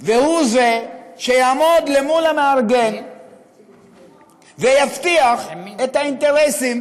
והוא זה שיעמוד למול המארגן ויבטיח את האינטרסים